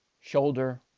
Shoulder